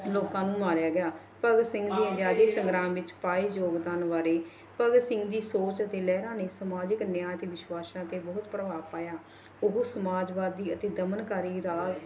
ਲੋਕਾਂ ਨੂੰ ਮਾਰਿਆ ਗਿਆ ਭਗਤ ਸਿੰਘ ਦੇ ਆਜ਼ਾਦੀ ਸੰਗਰਾਮ ਵਿੱਚ ਪਾਏ ਯੋਗਦਾਨ ਬਾਰੇ ਭਗਤ ਸਿੰਘ ਦੀ ਸੋਚ ਅਤੇ ਲਹਿਰਾਂ ਨੇ ਸਮਾਜਿਕ ਨਿਆਂ ਅਤੇ ਵਿਸ਼ਵਾਸਾਂ 'ਤੇ ਬਹੁਤ ਪ੍ਰਭਾਵ ਪਾਇਆ ਉਹ ਸਮਾਜਵਾਦੀ ਅਤੇ ਦਮਨਕਾਰੀ ਰਾਗ